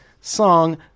song